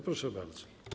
Proszę bardzo.